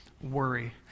worry